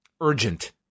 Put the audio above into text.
urgent